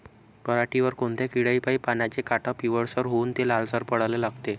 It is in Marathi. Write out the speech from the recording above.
पऱ्हाटीवर कोनत्या किड्यापाई पानाचे काठं पिवळसर होऊन ते लालसर पडाले लागते?